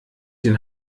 den